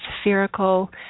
spherical